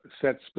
set